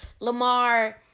Lamar